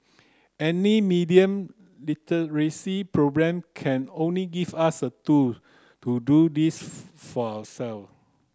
any media literacy programme can only give us the tool to do this for ourself